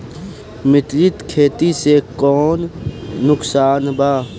मिश्रित खेती से कौनो नुकसान वा?